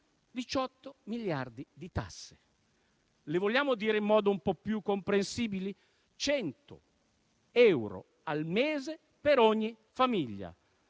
18 miliardi di tasse. Se lo vogliamo dire in modo un po' più comprensibile, 100 euro al mese per ogni famiglia,